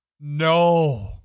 no